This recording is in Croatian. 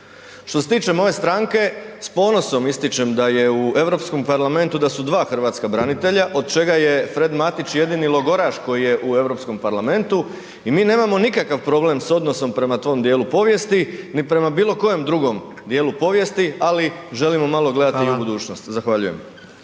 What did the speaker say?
Što se tiče moje stranke, s ponosom ističem da je u Europskom parlamentu, da su dva hrvatska branitelja od čega je Fred Matić jedini logoraš koji je u Europskom parlamentu i mi nemamo nikakav problem s odnosom prema tom djelu povijesti ni prema bilokojem drugom djelu povijesti ali želimo malo gledati i u budućnost. Zahvaljujem.